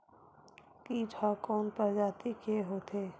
कीट ह कोन प्रजाति के होथे?